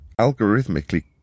algorithmically